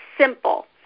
simple